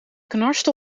knarste